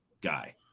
guy